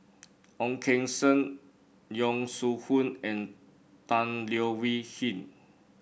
Ong Keng Sen Yong Shu Hoong and Tan Leo Wee Hin